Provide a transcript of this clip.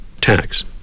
tax